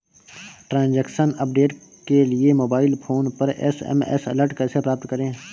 Transaction update के लिए mobile phone पर एस.एम.एस अलर्ट कैसे प्राप्त करें?